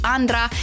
Andra